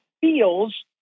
feels